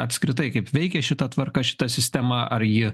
apskritai kaip veikia šita tvarka šita sistema ar ji